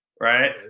right